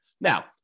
Now